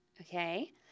Okay